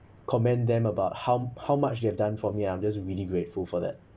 comment them about how how much they've done for me I'm just really grateful for that